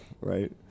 right